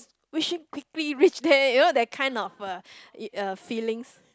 wishing quickly reach there you know that kind of uh uh feelings